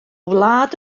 wlad